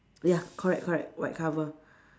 ya correct correct white cover